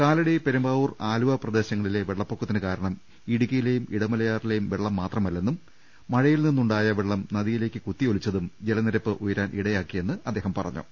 കാലടി പെരുമ്പാവൂർ ആലുവ പ്രദേശങ്ങളിലെ വെള്ള പ്പൊക്കത്തിന് കാരണം ഇടുക്കിയിലെയും ഇടമലയാറിലെയും വെള്ളം മാത്രമല്ലെന്നും മഴയിൽനിന്നുണ്ടായ വെള്ളം നദി യിലേക്ക് കുത്തിയൊലിച്ചതും ജലനിരപ്പ് ഉയരാൻ ഇടയാ ക്കിയെന്ന് അദ്ദേഹം പറഞ്ഞു